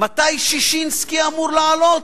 מתי ששינסקי אמור לעלות?